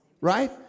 right